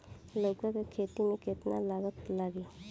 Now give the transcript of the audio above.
लौका के खेती में केतना लागत लागी?